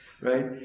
right